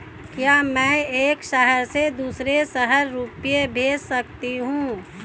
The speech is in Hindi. क्या मैं एक शहर से दूसरे शहर रुपये भेज सकती हूँ?